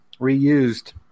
reused